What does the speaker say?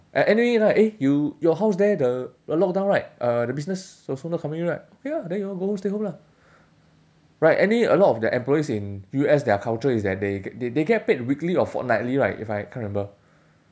a~ anyway right eh you your house there the will lockdown right uh the business also not coming in right ya then you all go home stay home lah right anyway a lot of the employees in U_S their culture is that they they get get paid weekly or fortnightly right if I can't remember